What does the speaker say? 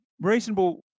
reasonable